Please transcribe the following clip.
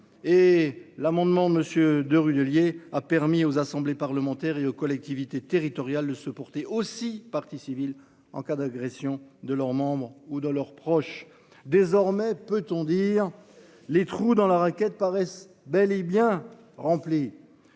l'amendement monsieur de rudes, a permis aux assemblées parlementaires et aux collectivités territoriales de se porter aussi partie civile en cas d'agression de leurs membres ou de leurs proches, désormais, peut-on dire les trous dans la raquette paraissent bel et bien remplie